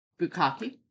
Bukaki